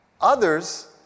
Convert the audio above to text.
Others